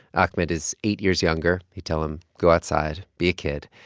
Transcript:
ahmed is eight years younger. he'd tell him, go outside. be a kid.